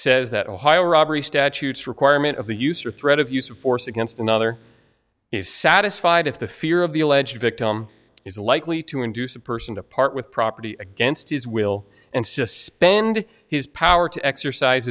says that ohio robbery statutes requirement of the use or threat of use of force against another is satisfied if the fear of the alleged victim is likely to induce a person to part with property against his will and suspend his power to exercise